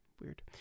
weird